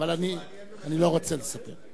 אבל אני לא רוצה לספר.